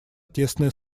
тесное